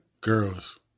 girls